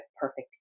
perfect